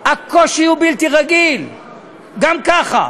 הקושי הוא בלתי רגיל גם ככה.